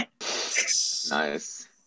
nice